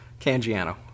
Cangiano